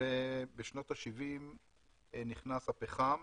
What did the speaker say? ובשנות ה-70 נכנס הפחם